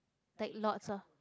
like lots of